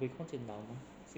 buay gong jin lao mah six